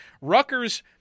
Rutgers